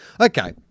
Okay